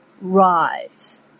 Rise